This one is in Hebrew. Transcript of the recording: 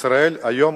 בישראל היום